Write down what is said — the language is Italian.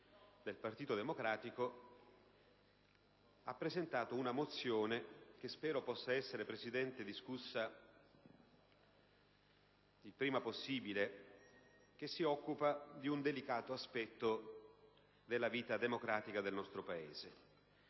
del Partito Democratico, ha presentato una mozione che spero possa essere discussa prima possibile. Essa si occupa di un delicato aspetto della vita democratica del nostro Paese.